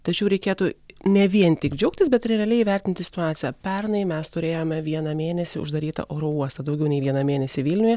tačiau reikėtų ne vien tik džiaugtis bet ir realiai įvertinti situaciją pernai mes turėjome vieną mėnesį uždarytą oro uostą daugiau nei vieną mėnesį vilniuje